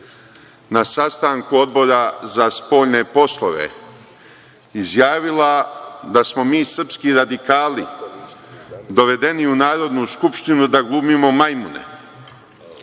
na sastanku Odbora za spoljne poslove izjavila da smo mi srpski radikali dovedeni u Narodnu skupštinu da glumimo majmune,